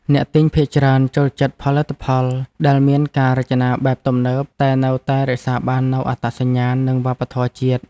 អ្នកទិញភាគច្រើនចូលចិត្តផលិតផលដែលមានការរចនាបែបទំនើបតែនៅតែរក្សាបាននូវអត្តសញ្ញាណ និងវប្បធម៌ជាតិ។